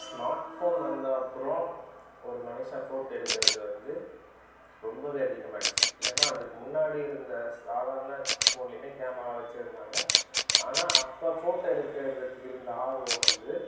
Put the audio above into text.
smart phone வந்தப்புறம் ஒரு மனுஷன் ஃபோட்டோ எடுக்கிறது வந்து ரொம்பவே அதிகமாயிடுச்சு ஏன்னால் அதுக்கு முன்னாடி இருந்த சாதாரண ஃபோன்லையுமே கேமரா வெச்சுருந்தாங்க ஆனால் அப்போ ஃபோட்டோ எடுக்கிறதுக்கு இருந்த ஆர்வம் வந்து